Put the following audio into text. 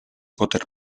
poter